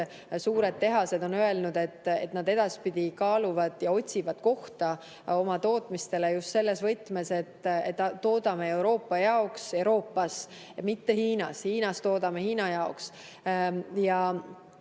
suured tehased on öelnud, et nad edaspidi kaaluvad seda ja otsivad kohta oma tootmisele just selles võtmes, et toodame Euroopa jaoks Euroopas, mitte Hiinas. Hiinas toodame Hiina jaoks.